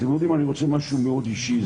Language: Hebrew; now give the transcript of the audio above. אני רוצה להגיד משהו מאוד אישי.